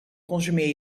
consumeer